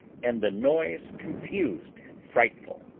and the noise confused and frightful.